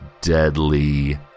deadly